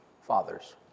fathers